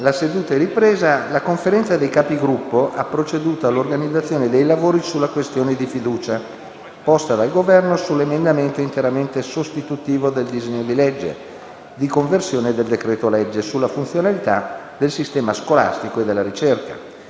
una nuova finestra"). La Conferenza dei Capigruppo ha proceduto all'organizzazione dei lavori sulla questione di fiducia posta dal Governo sull'emendamento interamente sostitutivo del disegno di legge di conversione del decreto-legge sulla funzionalità del sistema scolastico e della ricerca,